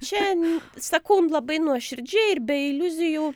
čia sakau jum labai nuoširdžiai ir be iliuzijų